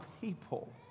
people